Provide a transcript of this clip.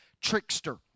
trickster